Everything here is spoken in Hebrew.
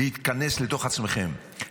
להתכנס לתוך עצמכם,